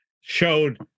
showed